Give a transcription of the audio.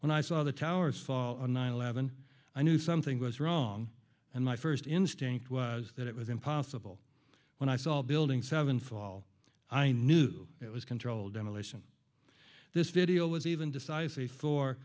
when i saw the towers fall on nine eleven i knew something was wrong and my first instinct was that it was impossible when i saw a building seven fall i knew it was controlled demolition this video was even deci